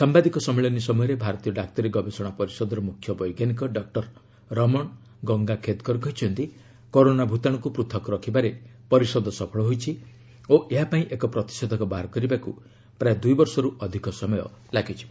ସାମ୍ଧାଦିକ ସମ୍ମିଳନୀ ସମୟରେ ଭାରତୀୟ ଡାକ୍ତରୀ ଗବେଷଣା ପରିଷଦର ମୁଖ୍ୟ ବୈଜ୍ଞାନିକ ଡକ୍ଟର ରମଣ ଗଙ୍ଗାଖେଦକର କହିଛନ୍ତି କରୋନା ଭୂତାଣୁକୁ ପୂଥକ ରଖିବାରେ ପରିଷଦ ସଫଳ ହୋଇଛି ଓ ଏହା ପାଇଁ ଏକ ପ୍ରତିଷେଧକ ବାହାର କରିବାକୁ ପ୍ରାୟ ଦୁଇ ବର୍ଷ ସମୟ ଲାଗିଯିବ